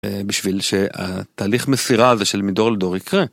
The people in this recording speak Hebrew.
בשביל שהתהליך מסירה הזה של מדור לדור יקרה.